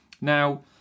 Now